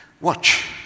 Watch